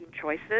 choices